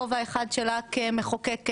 כובע אחד שלה כמחוקקת.